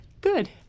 Good